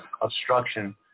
obstruction